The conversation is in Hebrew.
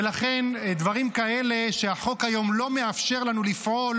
ולכן, דברים כאלה שהחוק היום לא מאפשר לנו לפעול,